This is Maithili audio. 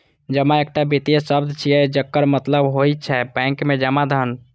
जमा एकटा वित्तीय शब्द छियै, जकर मतलब होइ छै बैंक मे जमा धन